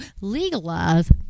legalize